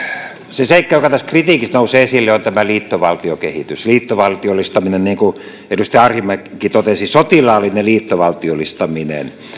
se seikka joka tässä kritiikissä nousi esille on liittovaltiokehitys liittovaltiollistaminen niin kuin edustaja arhinmäki totesi sotilaallinen liittovaltiollistaminen